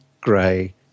grey